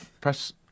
Press